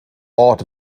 ort